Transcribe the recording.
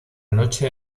noche